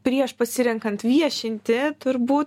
prieš pasirenkant viešinti turbū